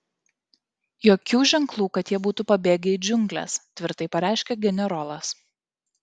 jokių ženklų kad jie būtų pabėgę į džiungles tvirtai pareiškė generolas